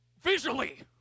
visually